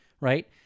right